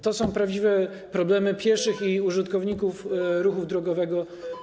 To są prawdziwe problemy pieszych i użytkowników ruchu drogowego.